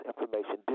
information